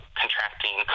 contracting